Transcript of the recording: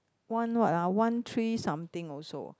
one what ah one three something also